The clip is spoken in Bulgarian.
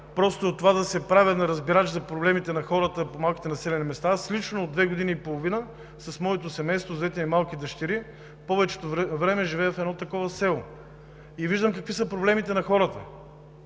казвам не за да се правя на разбирач на проблемите на хората по малките населени места, а защото лично от две години и половина с моето семейство, с двете ми малки дъщери, през повечето време живея в едно такова село и виждам какви са проблемите. Затова